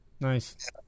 nice